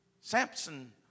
Samson